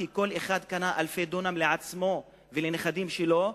כי כל אחד קנה אלפי דונם לעצמו ולנכדים שלו,